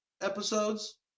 episodes